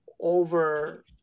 over